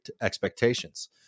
expectations